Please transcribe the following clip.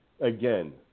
Again